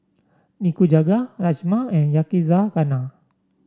Nikujaga Rajma and Yakizakana